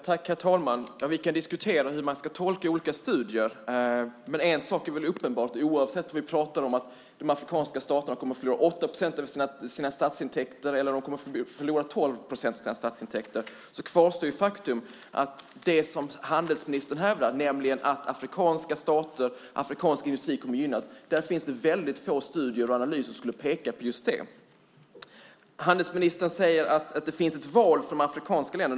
Herr talman! Vi kan diskutera hur man ska tolka olika studier. En sak är uppenbar. Oavsett om vi talar om att de afrikanska staterna kommer att förlora 8 procent av sina statsintäkter eller 12 procent kvarstår faktum. Handelsministern hävdar att afrikanska stater och afrikansk industri kommer att gynnas. Det finns det väldigt få studier och analyser som pekar på just det. Handelsministern säger att det finns ett val för de afrikanska länderna.